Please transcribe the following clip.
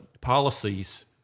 policies